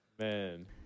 Man